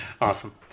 Awesome